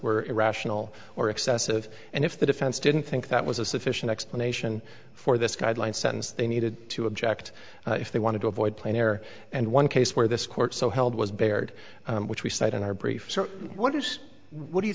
were irrational or excessive and if the defense didn't think that was a sufficient explanation for this guideline sentence they needed to object if they wanted to avoid plain air and one case where this court so held was bared which we cite in our brief so what is what do you